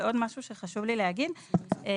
בנוסף,